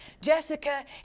Jessica